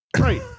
Right